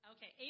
Okay